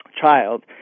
child